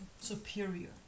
Superior